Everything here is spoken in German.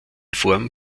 form